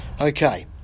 okay